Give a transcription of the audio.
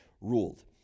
ruled